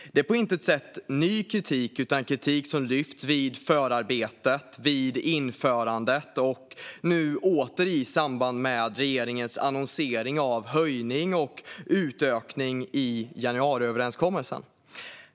Detta är på intet sätt ny kritik utan kritik som lyfts vid förarbetet, vid införandet och nu åter i samband med regeringens annonsering av höjning och utökning i januariöverenskommelsen.